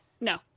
no